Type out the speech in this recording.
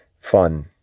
fun